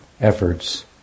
efforts